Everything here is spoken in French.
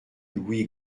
louis